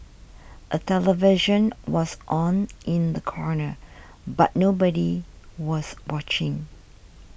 a television was on in the corner but nobody was watching